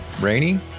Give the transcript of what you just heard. Rainy